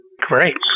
Great